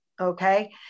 okay